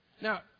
Now